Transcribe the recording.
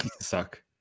suck